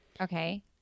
Okay